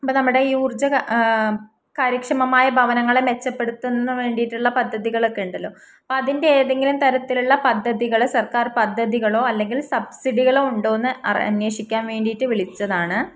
ഇപ്പോൾ നമ്മുടെ ഈ ഊർജ്ജ കാര്യക്ഷമമായ ഭവനങ്ങളെ മെച്ചപ്പെടുത്തുന്നതിന് വേണ്ടിയിട്ടുള്ള പദ്ധതികളൊക്കെ ഉണ്ടല്ലോ അപ്പോൾ അതിൻ്റെ ഏതെങ്കിലും തരത്തിലുള്ള പദ്ധതികൾ സർക്കാർ പദ്ധതികളോ അല്ലെങ്കിൽ സബ്സിഡികളോ ഉണ്ടോയെന്ന് അന്വേഷിക്കാൻ വേണ്ടിയിട്ട് വിളിച്ചതാണ്